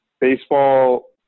baseball